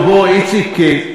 איציק,